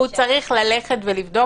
הוא צריך ללכת ולבדוק?